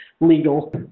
legal